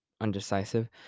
undecisive